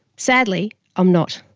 sadly i'm not.